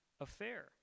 affair